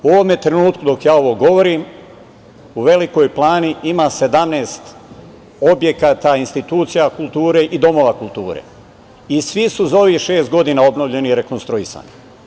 U ovome trenutku, dok ja ovo govorim, u Velikoj Plani ima 17 objekata, institucija kulture i domova kulture i svi su za ovih šest godina obnovljeni i rekonstruisani.